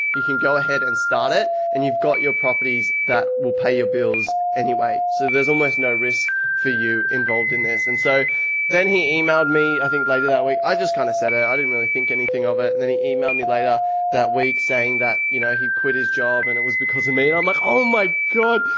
you can go ahead and start it and you've got your properties that will pay your bills anyway, so there's almost no risk for you involved in this. and so then he emailed me. i think later that week i just kinda said it. i didn't really think anything of it. and then he emailed me later that week saying that you know he quit his job and it was because of me and i'm like, oh my god,